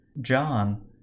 John